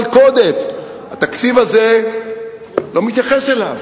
מלכודת, שהוא מלכודת, התקציב הזה לא מתייחס אליו,